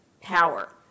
power